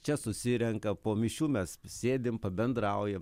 čia susirenka po mišių mes sėdim pabendraujam